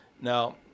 Now